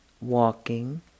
walking